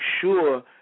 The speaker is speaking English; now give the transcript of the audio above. sure